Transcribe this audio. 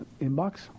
inbox